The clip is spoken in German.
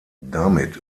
damit